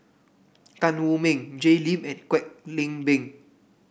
Tan Wu Meng Jay Lim and Kwek Leng Beng